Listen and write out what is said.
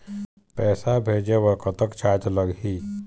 पैसा भेजे बर कतक चार्ज लगही?